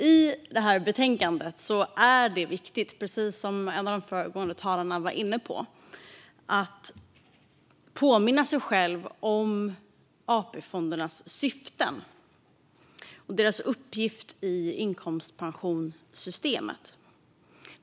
I det här ärendet är det viktigt att påminna sig om vad som är AP-fondernas syfte och uppgift i inkomstpensionssystemet.